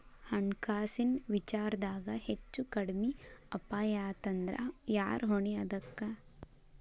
ಹಣ್ಕಾಸಿನ್ ವಿಚಾರ್ದಾಗ ಹೆಚ್ಚು ಕಡ್ಮಿ ಅಪಾಯಾತಂದ್ರ ಯಾರ್ ಹೊಣಿ ಅದಕ್ಕ?